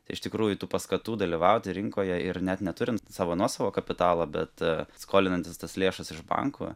tai iš tikrųjų tų paskatų dalyvauti rinkoje ir net neturint savo nuosavo kapitalo bet skolinantis tas lėšas iš bankų